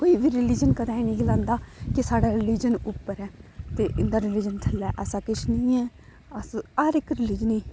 कोई बी रलीजन कदें निं गलांदा कि साढ़ा रलीजन उप्पर ऐ ते इं'दा रलीजन थल्लै ऐ ऐसा किश निं ऐ अस हर इक्क रलीजन गी